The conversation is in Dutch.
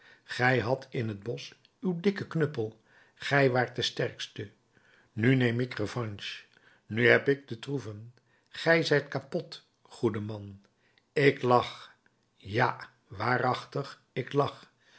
gij hadt in het bosch uw dikken knuppel gij waart de sterkste nu neem ik revanche nu heb ik de troeven gij zijt kapot goede man ik lach ja waarachtig ik lach